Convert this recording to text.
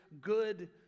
good